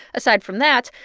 aside from that,